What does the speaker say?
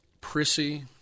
Prissy